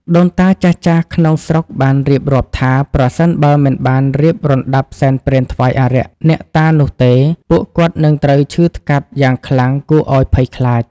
ដូនតាចាស់ៗក្នុងស្រុកបានរៀបរាប់ថា ប្រសិនបើមិនបានរៀបរណ្ដាប់សែនព្រេនថ្វាយអារក្ស អ្នកតាទេនោះ ពួកគាត់នឹងត្រូវឈឺថ្កាត់យ៉ាងខ្លាំងគួរឲ្យភ័យខ្លាច។